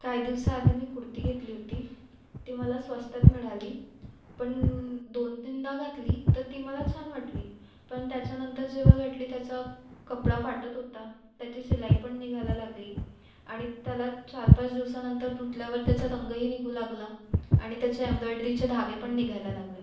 काही दिवसाआधी मी कुडती घेतली होती ती मला स्वस्तात मिळाली पण दोन तीनदा घातली तर ती मला छान वाटली पण त्याच्यानंतर जेव्हा घातली त्याचा कपडा फाटत होता त्याची शिलाईपण निघायला लागली आणि त्याला चार पाच दिवसानंतर धुतल्यावर त्याचा रंगही निघू लागला आणि त्याचे एमरॉयड्रीचे धागेपण निघायला लागले